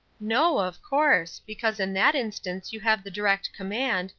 no, of course because in that instance you have the direct command,